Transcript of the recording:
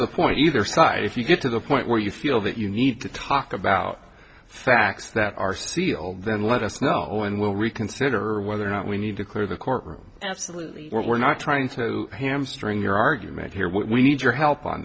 the point either side if you get to the point where you feel that you need to talk about facts that are sealed then let us know and will reconsider whether or not we need to clear the courtroom absolutely we're not trying to hamstring your argument here we need your help on